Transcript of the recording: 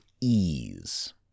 ease